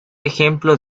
ejemplo